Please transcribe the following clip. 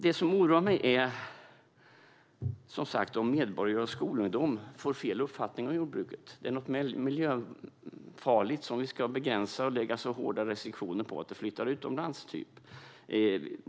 Det som oroar mig är som sagt om skolungdomar och övriga medborgare får fel uppfattning om jordbruket, att det är något miljöfarligt som ska begränsas och läggas så hårda restriktioner på att det flyttas utomlands.